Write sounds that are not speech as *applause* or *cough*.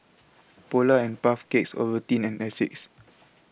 Polar and Puff Cakes Ovaltine and Asics *noise*